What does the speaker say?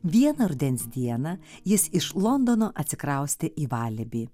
vieną rudens dieną jis iš londono atsikraustė į valibį